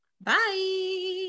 bye